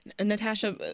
Natasha